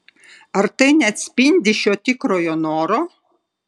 ar tai neatspindi šio tikrojo noro